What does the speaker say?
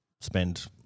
spend